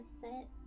set